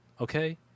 Okay